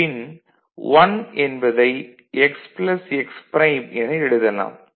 பின் 1 என்பதை x x prime என எழுதலாம்